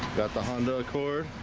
got the honda accord